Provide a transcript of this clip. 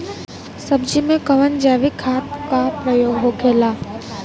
सब्जी में कवन जैविक खाद का प्रयोग होखेला?